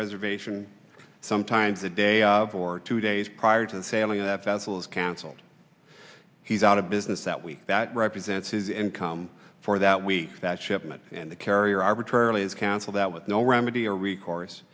reservation sometimes a day or two days prior to sailing that vessel is cancelled he's out of business that week that represents his income for that week that shipment and the carrier arbitrarily is canceled that with no remedy or recourse